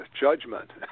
judgment